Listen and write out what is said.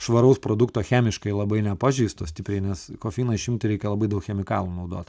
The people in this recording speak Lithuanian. švaraus produkto chemiškai labai nepažeisto stipriai nes kofeiną išimti reikia labai daug chemikalų naudot